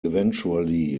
eventually